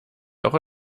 auch